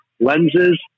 lenses